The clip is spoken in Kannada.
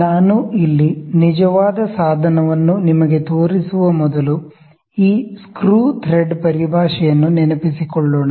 ನಾನು ಇಲ್ಲಿ ನಿಜವಾದ ಸಾಧನವನ್ನು ನಿಮಗೆ ತೋರಿಸುವ ಮೊದಲು ಈ ಸ್ಕ್ರೂ ಥ್ರೆಡ್ ಟರ್ಮಿನಾಲಜಿ ಯನ್ನು ನೆನಪಿಸಿಕೊಳ್ಳೋಣ